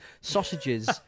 sausages